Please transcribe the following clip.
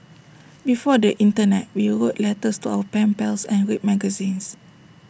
before the Internet we wrote letters to our pen pals and read magazines